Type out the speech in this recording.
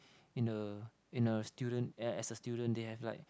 in a in a student a~ as a student they have like